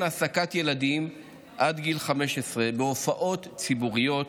העסקת ילדים עד גיל 15 בהופעות ציבוריות,